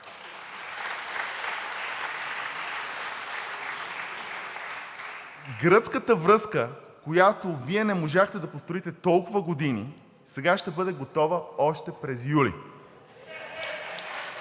Гръцката връзка, която Вие не можахте да построите толкова години, сега ще бъде готова още през юли.